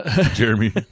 Jeremy